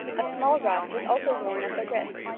a small ruff was also worn at the wrist,